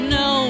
no